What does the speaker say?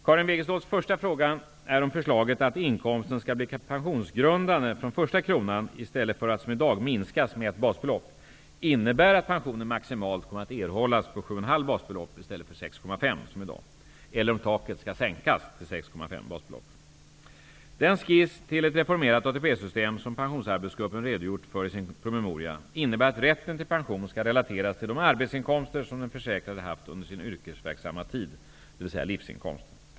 Karin Wegeståls första fråga är om förslaget att inkomsten skall bli pensionsgrundande från första kronan i stället för att som i dag minskas med ett basbelopp innebär att pensionen maximalt kommer att erhållas på 7,5 basbelopp i stället för 6,5 som i dag eller om taket skall sänkas till 6,5 basbelopp. Pensionsarbetsgruppen redogjort för i sin promemoria innebär att rätten till pension skall relateras till de arbetsinkomster som den försäkrade haft under sin yrkesverksamma tid, dvs. livsinkomsten.